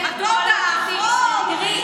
תסתכלי על הג'ובים של לפיד,